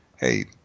hey